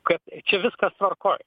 kad čia viskas tvarkoj